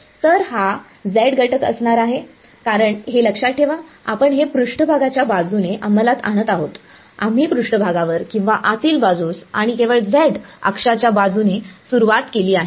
तर हा z घटक असणार आहे कारण हे लक्षात ठेवा आपण हे पृष्ठभागाच्या बाजूने अंमलात आणत आहोत आम्ही पृष्ठभागावर किंवा आतील बाजूस आणि केवळ z अक्षाच्या बाजूने सुरुवात केली आहे